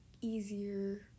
easier